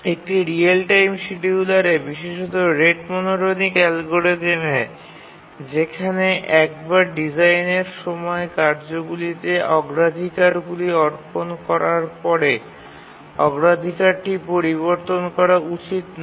একটি real time শিডিয়ুলারে বিশেষত রেট মনোটোনিক অ্যালগরিদমে যেখানে একবার ডিজাইনের সময় কার্যগুলিতে অগ্রাধিকারগুলি অর্পণ করার পরে অগ্রাধিকারটি পরিবর্তন করা উচিত নয়